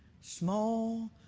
small